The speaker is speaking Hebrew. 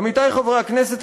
עמיתי חברי הכנסת,